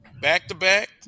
back-to-back